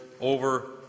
over